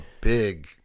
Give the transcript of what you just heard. big